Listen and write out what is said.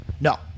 No